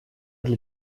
для